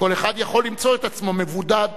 כל אחד יכול למצוא את עצמו מבודד,